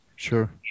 Sure